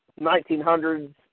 1900s